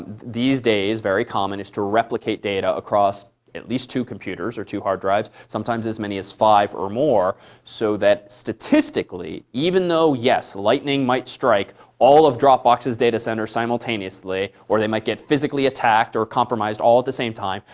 these days very common is to replicate data across at least two computers or two hard drives sometimes as many as five or more so that, statistically, even though, yes, lightning might strike all of dropbox's data centers simultaneously, or they might get physically attacked, or compromised all at the same time,